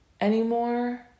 anymore